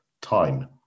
time